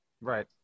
Right